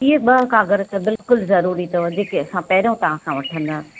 ईअं ॿ काग़र त बिल्कुलु ज़रूरी अथव जेके असां पहिरों तव्हांखांं वठंदासीं